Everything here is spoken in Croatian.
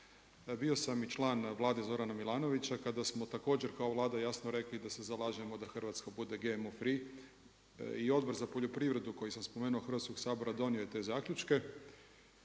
Bio sam i član vlade Zorana Milanovića kada smo također kao vlada jasno rekli da se zalažemo da Hrvatska bude GMO free i Odbor za poljoprivredu koju sam spomenuo Hrvatskog sabora donio je te zaključke.